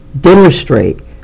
demonstrate